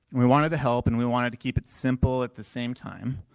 we wanted to help and we wanted to keep it simple at the same time.